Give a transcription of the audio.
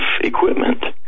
equipment